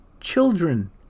children